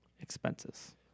expenses